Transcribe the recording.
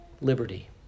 liberty